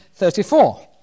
34